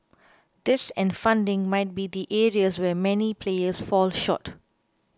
this and funding might be the areas where many players fall short